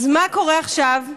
אז מה קורה עכשיו?